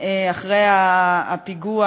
אחרי הפיגוע